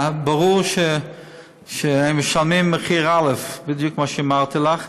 ברור שהם משלמים מחיר א', בדיוק כמו שאמרתי לך,